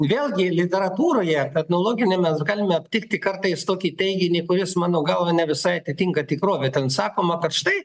vėlgi literatūroje etnologinėj mes galime aptikti kartais tokį teiginį kuris mano galva ne visai atitinka tikrovę ten sakoma kad štai